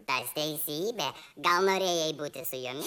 tas teisybė gal norėjai būti su jomis